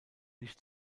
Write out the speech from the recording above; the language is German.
nicht